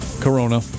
Corona